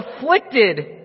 afflicted